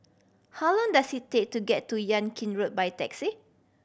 how long does it take to get to Yan Kit Road by taxi